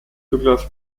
douglas